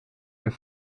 een